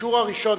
האישור הראשון,